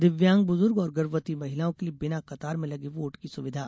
दिव्यांग बुजुर्ग और गर्भवती महिलाओं के लिये बिना कतार में लगे वोट की सुविधा